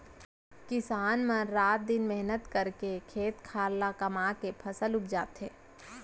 किसान मन रात दिन मेहनत करके खेत खार ल कमाके फसल उपजाथें